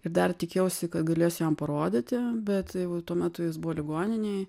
ir dar tikėjausi kad galėsiu jam parodyti bet tuo metu jis buvo ligoninėj